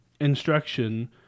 instruction